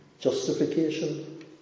Justification